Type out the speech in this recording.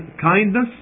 kindness